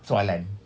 soalan